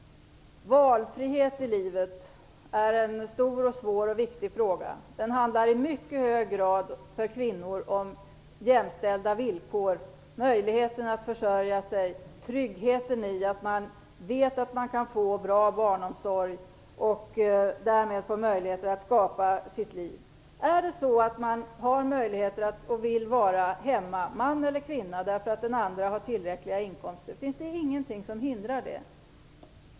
Valfrihet i livet är en stor, svår och viktig fråga. För kvinnor handlar den i mycket hög grad om jämställda villkor, möjligheten att försörja sig och tryggheten i att veta att man kan få bra barnomsorg och därmed få möjlighet att skapa sitt liv. Om man har möjligheter och vill vara hemma - man eller kvinna - därför att den andre har tillräckliga inkomster finns det ingenting som hindrar det.